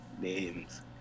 names